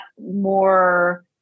more